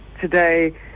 today